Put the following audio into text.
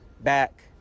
back